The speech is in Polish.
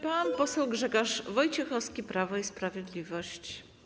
Pan poseł Grzegorz Wojciechowski, Prawo i Sprawiedliwość.